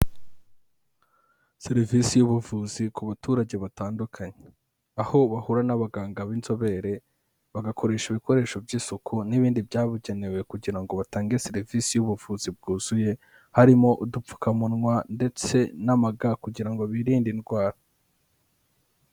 Serivisi y'ubuvuzi ku baturage batandukanye aho bahura n'abaganga b'inzobere bagakoresha ibikoresho by'isuku n'ibindi byabugenewe kugira ngo batange serivisi y'ubuvuzi bwuzuye harimo udupfukamunwa ndetse n'ama ga kugira ngo birinde indwara.